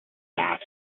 ass